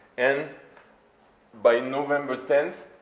and by november tenth,